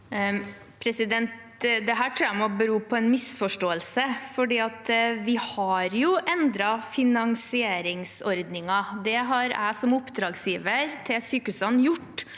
Dette tror jeg må bero på en misforståelse, for vi har jo endret finansieringsordningen. Det har jeg som oppdragsgiver til sykehusene gjort